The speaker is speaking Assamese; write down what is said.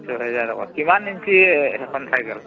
ছয়হেজাৰ টকা কিমান ইঞ্চি সেইখন চাইকেল